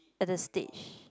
at the stage